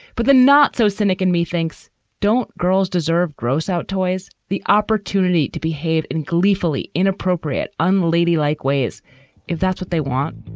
but the not so cynic in me thinks don't girls deserve gross out toys? the opportunity to behave and gleefully inappropriate unladylike ways if that's what they want